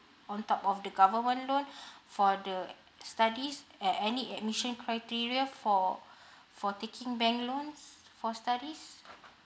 on top of the government loan for the studies at any admission criteria for for taking bank loans for studies